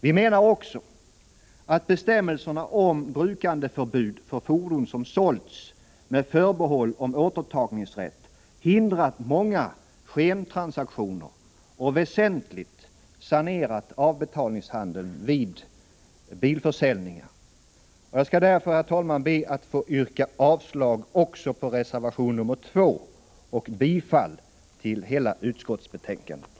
Vi menar också att bestämmelserna om brukandeförbud för fordon som sålts med förbehåll om återtagningsrätt hindrat många skentransaktioner och väsentligt sanerat avbetalningshandeln vid bilförsäljningar. Herr talman! Jag ber att få yrka bifall till skatteutskottets hemställan i dess helhet, vilket innebär avslag på de båda reservationerna.